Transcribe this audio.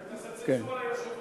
אתה תעשה צנזורה ליושב-ראש?